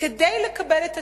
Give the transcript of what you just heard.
כדי לקבל את הציון.